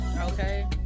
okay